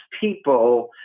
people